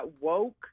woke